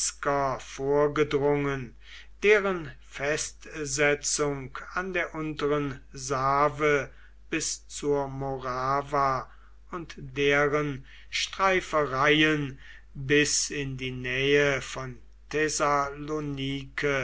vorgedrungen deren festsetzung an der unteren save bis zur morawa und deren streifereien bis in die nähe von